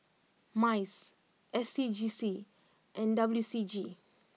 Mice S C G C and W C G